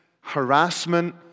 harassment